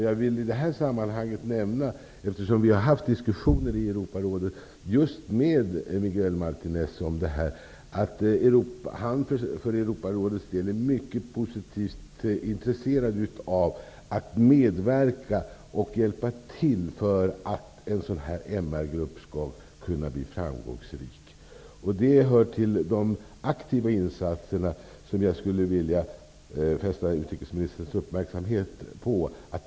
Jag vill i det sammanhanget nämna, eftersom vi har haft diskussioner i Europarådet just med Miguel Martinez om detta, att han för Europarådets del är mycket positivt intresserad av att medverka och att hjälpa till för att en sådan här MR-grupp skall kunna bli framgångsrik. Det hör till de aktiva insatser som jag skulle vilja fästa utrikesministerns uppmärksamhet på.